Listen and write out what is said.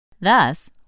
Thus